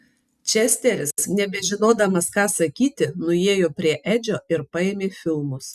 česteris nebežinodamas ką sakyti nuėjo prie edžio ir paėmė filmus